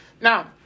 Now